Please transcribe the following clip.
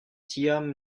tiam